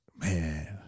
Man